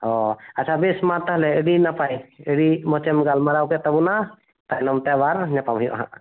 ᱚᱻ ᱟᱪᱪᱷᱟ ᱵᱮᱥ ᱢᱟ ᱛᱟᱦᱚᱞᱮ ᱟᱹᱰᱤ ᱱᱟᱯᱟᱭ ᱟᱹᱰᱤ ᱢᱚᱪᱮᱢ ᱜᱟᱞᱢᱟᱨᱟᱣ ᱠᱮᱫ ᱛᱟᱵᱚᱱᱟ ᱛᱟᱭᱱᱚᱢ ᱛᱮ ᱟᱵᱟᱨ ᱧᱟᱯᱟᱢ ᱦᱩᱭᱩᱼᱟ ᱦᱟᱸᱜ